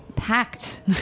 packed